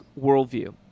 worldview